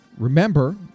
Remember